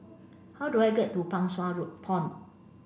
how do I get to Pang Sua road Pond